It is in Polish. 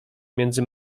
między